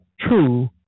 true